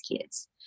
kids